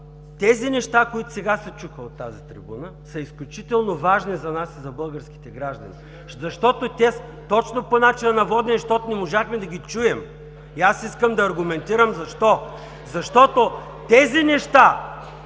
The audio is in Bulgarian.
тези неща, които сега се чуха от тази трибуна, са изключително важни за нас и за българските граждани. Точно по начина на водене, защото не можахме да ги чуем. И аз искам да се аргументирам защо? Защото тези неща